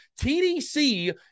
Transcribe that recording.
TDC